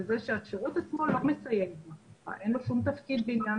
בזה שהשירות --- לא --- אין לו שום תפקיד בעניין